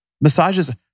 Massages